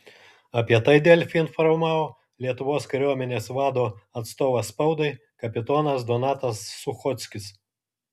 apie tai delfi informavo lietuvos kariuomenės vado atstovas spaudai kapitonas donatas suchockis